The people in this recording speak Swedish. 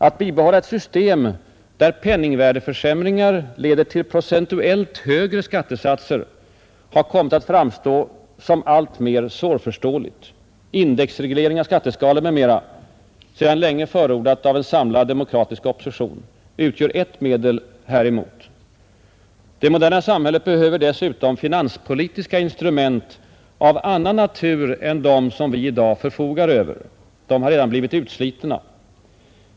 Att bibehålla ett system, där penningvärdeförsämringar leder till procentuellt högre skattesatser, har kommit att framstå som alltmer svårförståeligt. Indexreglering av skatteskalor m.m. — sedan länge förordad av den samlade demokratiska oppositionen — utgör ett medel häremot. Det moderna samhället behöver dessutom finanspolitiska instrument av annan natur än dem vi i dag förfogar över. Dessa har redan blivit utslitna.